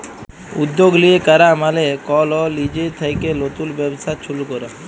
উদ্যগ লিয়ে ক্যরা মালে কল লিজে থ্যাইকে লতুল ব্যবসা শুরু ক্যরা